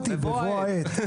בבוא העת.